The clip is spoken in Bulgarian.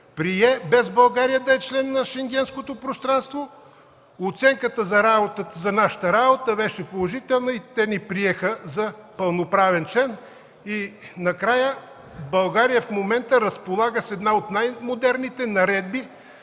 България да е член на Шенгенското пространство. Оценката за нашата работа беше положителна и те ни приеха за пълноправен член. И накрая, България в момента разполага с една от най-модерните наредби